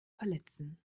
verletzen